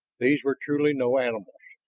these were truly no animals,